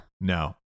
No